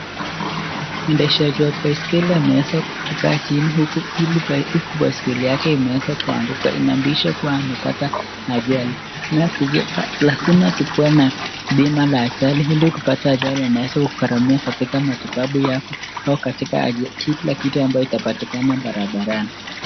Mwendeshaji wa baiskeli ameweza kukaa chini huku ile baiskeli yake imeweza kuanguka. Inamulisha kuwa amepata ajali. Lazima tukwe na bima la ajali ili kupata ajali na inaweza kugaramia katika matibabu yako au katika kila kitu ambayo itapatikana barabarani.